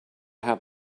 had